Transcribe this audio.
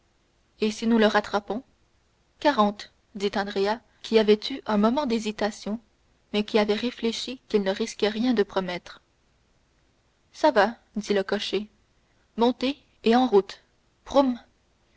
et si nous le rattrapons quarante dit andrea qui avait eu un moment d'hésitation mais qui avait réfléchi qu'il ne risquait rien de promettre ça va dit le cocher montez et en route prrroum